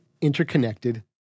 interconnected